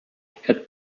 had